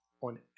on